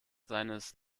seines